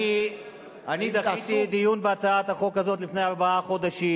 אני דחיתי דיון בהצעת החוק הזאת לפני ארבעה חודשים,